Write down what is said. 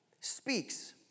speaks